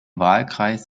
wahlkreis